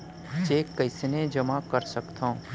Cheque कईसने जेमा कर सकथो?